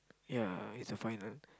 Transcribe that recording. yeah it's the final